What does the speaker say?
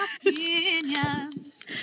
opinions